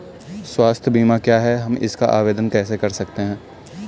स्वास्थ्य बीमा क्या है हम इसका आवेदन कैसे कर सकते हैं?